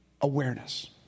Awareness